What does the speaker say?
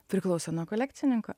priklauso nuo kolekcininko